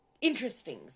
interesting